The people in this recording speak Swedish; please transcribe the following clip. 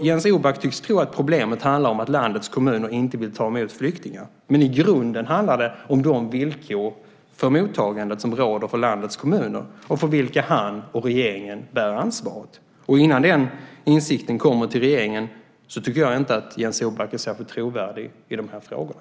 Jens Orback tycks tro att problemet handlar om att landets kommuner inte vill ta emot flyktingar, men i grunden handlar det om de villkor för mottagandet som råder för landets kommuner och för vilka han och regeringen bär ansvaret. Innan den insikten kommer till regeringen tycker jag inte att Jens Orback är särskilt trovärdig i frågorna.